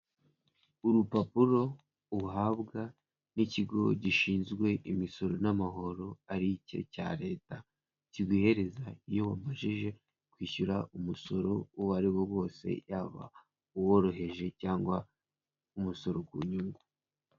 Urupapuro uhabwa n'ikigo gishinzwe imisoro n'amahoro aricyo cya leta, kiguhereza iyo wamajije kwishyura umusoro uwo ari wo wose yaba uworoheje cyangwa umusoro ku nyungu.